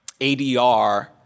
ADR